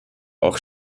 auch